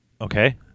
Okay